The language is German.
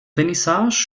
vernissage